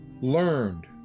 learned